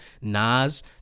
Nas